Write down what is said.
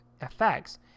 effects